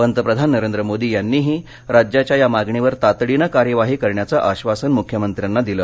पंतप्रधान नरेंद्र मोदी यांनीही राज्याच्या या मागणीवर तातडीनं कार्यवाही करण्याचं आक्षासन मुख्यमंत्र्यांना दिले